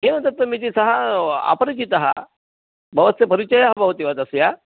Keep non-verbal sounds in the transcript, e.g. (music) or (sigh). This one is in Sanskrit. एवम् (unintelligible) मिति सः अपरिचितः भवस्य परिचयः भवति वा तस्य